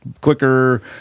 quicker